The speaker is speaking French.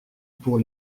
pour